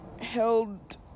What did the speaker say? held